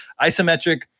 isometric